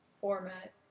format